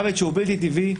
מוות שהוא בלתי טבעי,